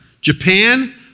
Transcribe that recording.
Japan